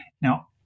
Now